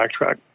backtrack